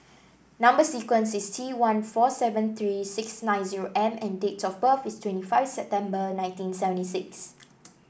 number sequence is T one four seven three six nine zero M and date of birth is twenty five September nineteen seventy six